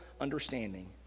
understanding